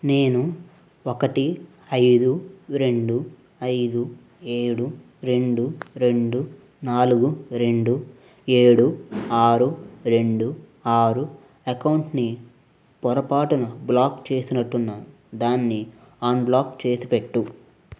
నేను ఒకటి ఐదు రెండు ఐదు ఏడు రెండు రెండు నాలుగు రెండు ఏడు ఆరు రెండు ఆరు అకౌంటుని పొరపాటున బ్లాక్ చేసినట్టున్నాను దాన్ని అన్బ్లాక్ చేసిపెట్టు